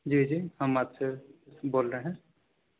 جی جی ہم آج سے بول رہے ہیں